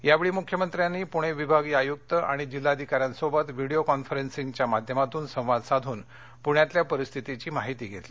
यावेळी मुख्यमंत्र्यांनी पुणे विभागीय आयुक्त आणि जिल्हाधिकाऱ्यांसोबत व्हिडीओ कॉन्फरन्सिंगच्या माध्यमातून संवाद साधून पुण्यातल्या परिस्थितीची माहिती घेतली